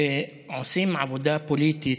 שעושים עבודה פוליטית,